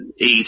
eight